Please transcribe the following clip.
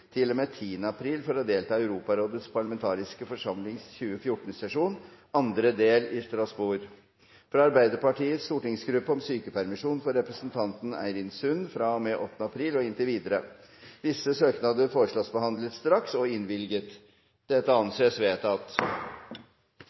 april for å delta i Europarådets parlamentariske forsamlings 2014-sesjon, andre del, i Strasbourg fra Arbeiderpartiets stortingsgruppe om sykepermisjon for representanten Eirin Sund fra og med 8. april og inntil videre Etter forslag fra presidenten ble enstemmig besluttet: Søknadene behandles straks og